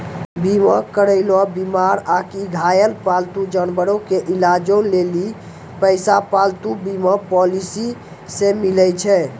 बीमा करैलो बीमार आकि घायल पालतू जानवरो के इलाजो लेली पैसा पालतू बीमा पॉलिसी से मिलै छै